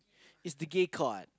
is the gay card